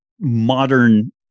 modern